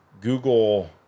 Google